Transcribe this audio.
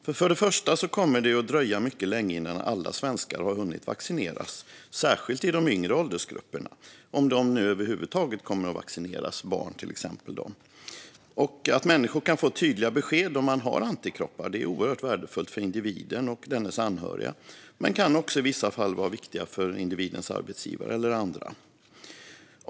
För det första kommer det att dröja mycket länge innan alla svenskar har vaccinerats, särskilt de i de yngre åldersgrupperna - om nu till exempel barn över huvud taget kommer att vaccineras. Att människor kan få tydliga besked om huruvida de har antikroppar är oerhört värdefullt för individen och dennas anhöriga. Det kan också i vissa fall vara viktigt för individens arbetsgivare eller andra.